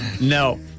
No